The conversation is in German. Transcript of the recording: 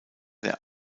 der